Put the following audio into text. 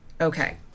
Okay